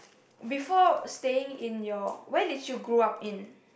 before staying in your where did you grew up in